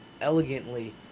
elegantly